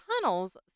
tunnels